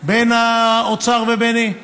בין האוצר וביני: